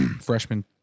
freshman